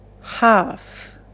half